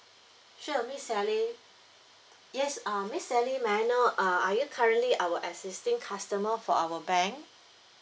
sure miss sally yes um miss sally may I know uh are you currently our existing customer for our bank